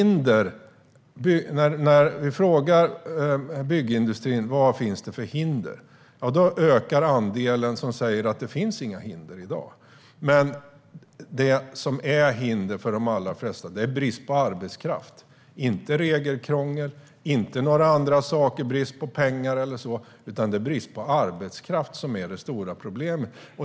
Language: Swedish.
När vi frågar byggindustrin vad det finns för hinder, då är det en ökande andel som säger att det inte finns några hinder i dag. Men hindret för de allra flesta är brist på arbetskraft, inte regelkrångel eller brist på pengar. Det är brist på arbetskraft som är det stora problemet.